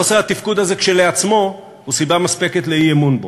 חוסר התפקוד הזה כשלעצמו הוא סיבה מספקת לאי-אמון בו,